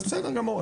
אז בסדר גמור.